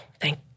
thank